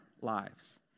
lives